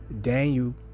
Daniel